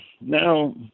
now